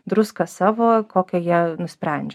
druską savo kokią jie nusprendžia